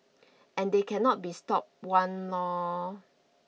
and they cannot be stopped one lord